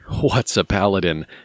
what's-a-paladin